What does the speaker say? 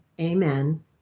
Amen